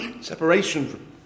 separation